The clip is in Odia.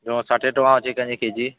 ଯହ ଷାଠିଏ ଟଙ୍କା ଅଛି କେ ଜି